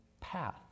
path